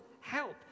help